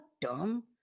dumb